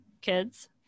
kids